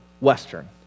western